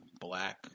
black